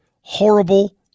horrible